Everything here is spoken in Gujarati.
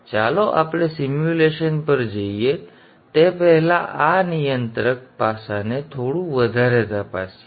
હવે ચાલો આપણે સિમ્યુલેશન પર જઈએ તે પહેલાં આ નિયંત્રક પાસાને થોડું વધારે તપાસીએ